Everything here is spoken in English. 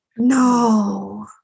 No